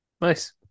Nice